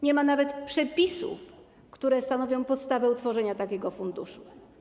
Nie ma nawet przepisów, które stanowią podstawę utworzenia takiego funduszu.